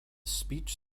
speech